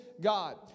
God